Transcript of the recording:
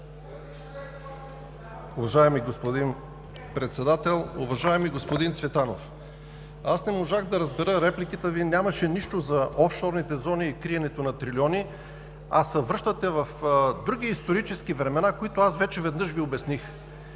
Уважаеми господин Председател! Уважаеми господин Цветанов, не можах да разбера, тъй като в репликата Ви нямаше нищо за офшорните зони и криенето на трилиони, а се връщате в други исторически времена, които аз вече веднъж Ви обясних.